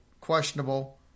questionable